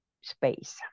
space